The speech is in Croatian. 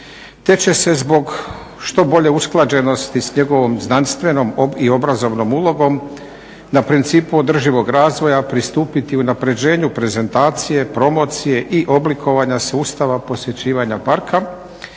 te će se zbog što bolje usklađenosti s njegovom znanstvenom i obrazovnom ulogom na principu održivog razvoja pristupiti unapređenju prezentacije, promocije i oblikovanja sustava posjećivanja parka